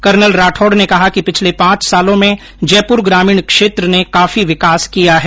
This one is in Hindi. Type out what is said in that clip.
कर्नल राठौड ने कहा कि पिछले पांच सालों में जयपुर ग्रामीण क्षेत्र ने काफी विकास किया है